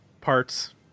parts